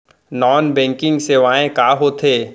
non banking सेवाएं का होथे